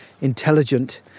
intelligent